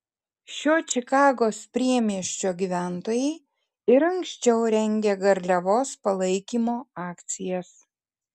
šio čikagos priemiesčio gyventojai ir anksčiau rengė garliavos palaikymo akcijas